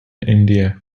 india